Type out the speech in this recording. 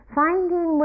finding